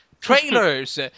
trailers